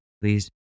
please